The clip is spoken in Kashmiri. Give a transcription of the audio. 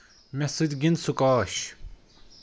مےٚ سۭتۍ گِند سُکاش